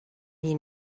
you